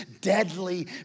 deadly